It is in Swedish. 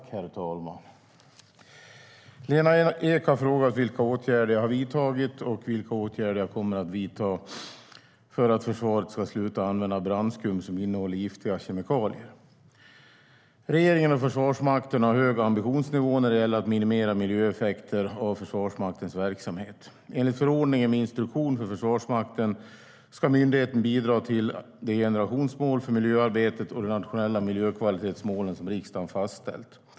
Herr talman! Lena Ek har frågat mig vilka åtgärder jag har vidtagit och vilka åtgärder jag kommer att vidta för att försvaret ska sluta använda brandskum som innehåller giftiga kemikalier. Regeringen och Försvarsmakten har en hög ambitionsnivå när det gäller att minimera miljöeffekterna av Försvarsmaktens verksamhet. Enligt förordningen med instruktion för Försvarsmakten ska myndigheten bidra till att det generationsmål för miljöarbetet och de nationella miljökvalitetsmålen som riksdagen fastställt nås.